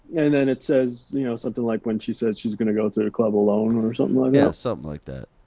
and then it says you know something like, when she says she's gonna go to the club alone, or something yeah something like that?